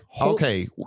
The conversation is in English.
okay